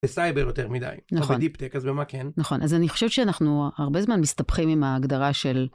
בסייבר יותר מדי נכון נכון אז אני חושבת שאנחנו הרבה זמן מסתבכים עם ההגדרה של.